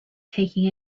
taking